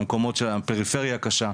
ממקומות פריפריה קשה,